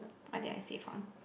what do I save on